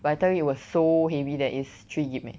but I tell you it was so heavy that is three gib big